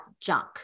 junk